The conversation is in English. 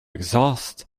exhaust